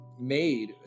made